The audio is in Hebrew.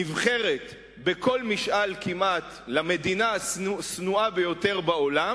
נבחרת כמעט בכל משאל למדינה השנואה ביותר בעולם,